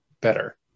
better